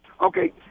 Okay